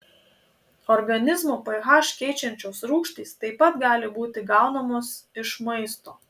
organizmo ph keičiančios rūgštys taip pat gali būti gaunamos iš maisto